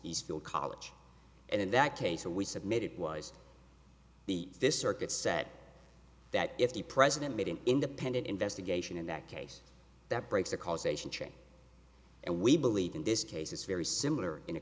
eastfield college and in that case we submitted was the this circuit said that if the president made an independent investigation in that case that breaks the causation chain and we believe in this case it's very similar in a